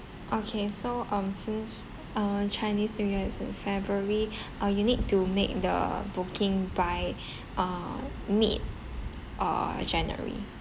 okay so um since uh chinese new year is in february uh you need to make the booking by uh mid uh january